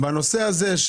שאלה בנושא הזה.